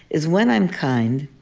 is, when i'm kind,